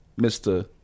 Mr